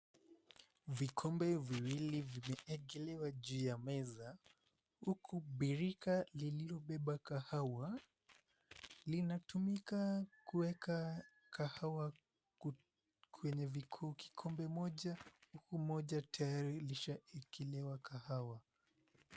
Vikombe viwili vimeekelewa juu ya meza huku birika lililobeba kahawa linatumika kuweka kahawa kwenye vikombe, kikombe mmoja huku moja tayari imeshaekewa kahawa.